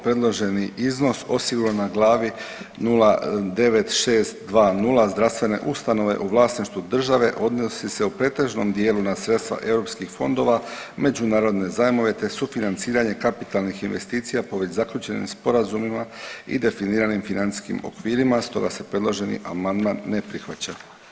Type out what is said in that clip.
Predloženi iznos osiguran je u glavi 09620 zdravstvene ustanove u vlasništvu države odnosi se u pretežnom dijelu na sredstva europskih fondova, međunarodne zajmove te sufinanciranje kapitalnih investicija po već zaključenim sporazumima i definiranim financijskim okvirima stoga se predloženi amandman ne prihvaća.